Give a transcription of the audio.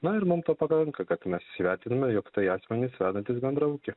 na ir mum to pakanka kad mes įsivertintume jog tai asmenys vedantys bendrą ūkį